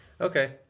Okay